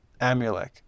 Amulek